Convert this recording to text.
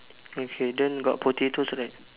okay then got potatoes right